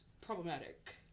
problematic